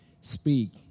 speak